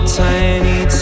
tiny